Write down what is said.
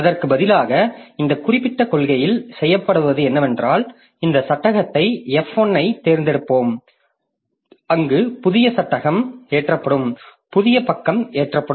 அதற்கு பதிலாக இந்த குறிப்பிட்ட கொள்கையில் செய்யப்படுவது என்னவென்றால் இந்த சட்டகத்தை f1 ஐத் தேர்ந்தெடுப்போம் அங்கு புதிய சட்டகம் ஏற்றப்படும் புதிய பக்கம் ஏற்றப்படும்